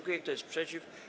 Kto jest przeciw?